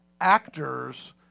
actors